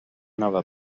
nova